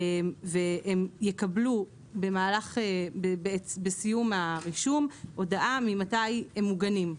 והם יקבלו בסיום הרישום הודעה ממתי הם מוגנים.